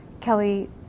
Kelly